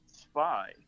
spy